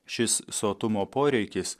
šis sotumo poreikis